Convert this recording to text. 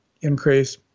increase